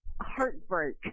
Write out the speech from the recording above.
heartbreak